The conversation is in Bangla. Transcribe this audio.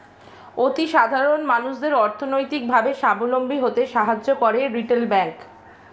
অতি সাধারণ মানুষদের অর্থনৈতিক ভাবে সাবলম্বী হতে সাহায্য করে রিটেল ব্যাংক